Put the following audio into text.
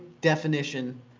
definition